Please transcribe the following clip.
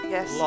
Yes